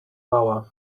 mała